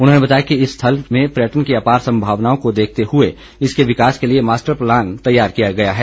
उन्होंने बताया कि इस स्थल में पर्यटन की अपार संभावनाओं को देखते हुए इसके विकास के लिए मास्टर प्लान तैयार किया गया है